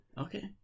Okay